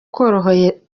koroherezwa